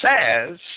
says